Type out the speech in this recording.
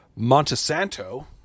Montesanto